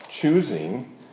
choosing